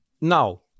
now